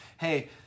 hey